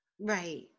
right